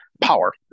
power